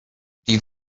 die